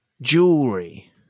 jewelry